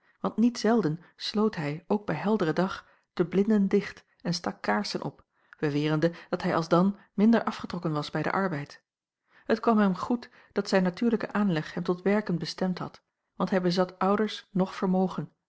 want niet zelden sloot hij ook bij helderen dag de blinden dicht en stak kaarsen op bewerende dat hij alsdan minder afgetrokken was bij den arbeid het kwam hem goed dat zijn natuurlijke aanleg hem tot werken bestemd had want hij bezat ouders noch vermogen